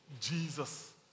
Jesus